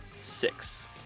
six